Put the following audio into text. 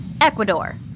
Ecuador